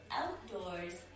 outdoors